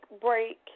break